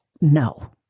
no